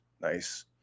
Nice